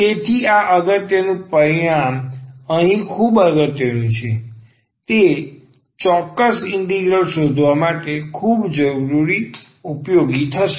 તેથી આ અગત્યનું પરિણામ અહીં ખૂબ અગત્યનું છે જે ચોક્કસ ઇન્ટિગ્રલ શોધવા માટે હવે ખૂબ ઉપયોગી થશે